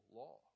law